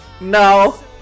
No